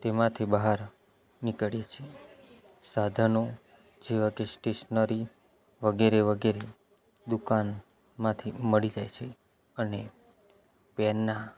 તેમાંથી બહાર નીકળી છે સાધનો જેવા કે સ્ટેશનરી વગેરે વગેરે દુકાન માંથી મળી જાય છે અને પેરના